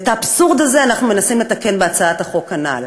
את האבסורד הזה אנחנו מנסים לתקן בהצעת החוק הזאת,